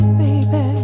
baby